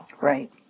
Right